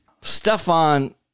Stefan